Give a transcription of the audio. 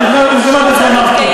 אנחנו רוצים שהיא תצטרך לשלם מחיר?